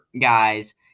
guys